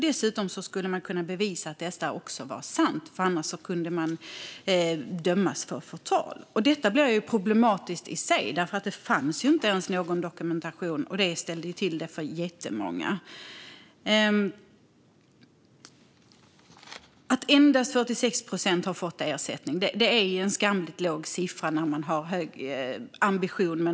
Dessutom skulle man kunna bevisa att detta var sant - annars kunde man dömas för förtal. Detta blev problematiskt i sig, för det fanns inte någon dokumentation. Det ställde till det för jättemånga. Endast 46 procent har fått ersättning - det är en skamligt låg siffra när man har höga ambitioner.